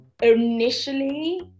Initially